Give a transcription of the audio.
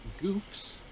goofs